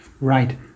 right